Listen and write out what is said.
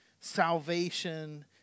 salvation